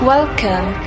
Welcome